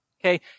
Okay